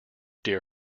dear